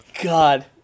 God